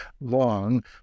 long